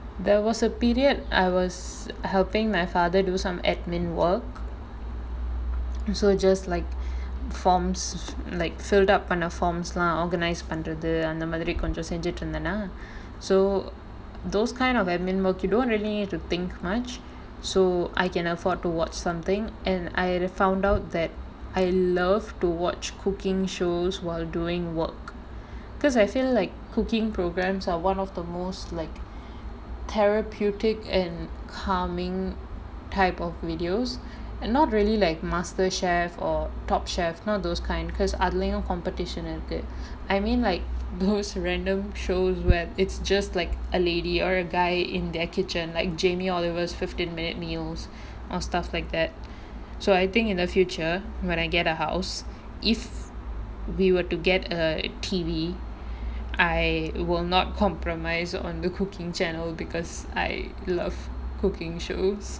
there was a period I was helping my father do some administrative work so just like forms like filled up பண்ண:panna forms எல்லாம்:ellaam organise பண்றது அந்த மாதிரி கொஞ்சம் செஞ்சுட்டிருந்தனா:pandrathu antha maathiri konjam senjutirunthanaa so those kind of administrative work you don't really need to think much so I can afford to watch something and I found out that I love to watch cooking shows while doing work because I feel like cooking programs are one of the most like therapeutic and calming type of videos and not really like master chef or top chef not those kind because அதுலையும்:athulaiyum competition இருக்கு:irukku I mean like those random shows where it's just like a lady or a guy in their kitchen like jamie oliver's fifteen minute meals or stuff like that so I think in the future when I get a house if we were to get a T_V I will not compromise on the cooking channel because I love cooking shows